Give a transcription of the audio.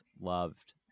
loved